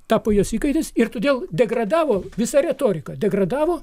tapo jos įkaitais ir todėl degradavo visa retorika degradavo